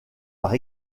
par